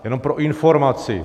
Jenom pro informaci.